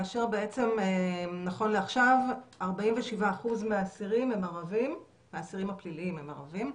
נכון לעכשיו 47% מהאסירים הפליליים הם ערבים.